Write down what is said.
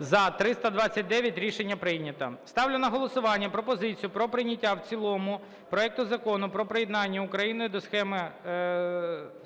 За-329 Рішення прийнято. Ставлю на голосування пропозицію про прийняття в цілому проекту Закону про приєднання України до Схеми